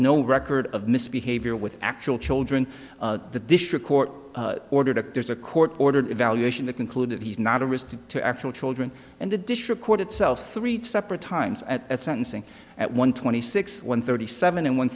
no record of misbehavior with actual children the district court ordered up there's a court ordered evaluation to conclude that he's not a risk to actual children and the district court itself three two separate times at sentencing at one twenty six one thirty seven and one